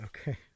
Okay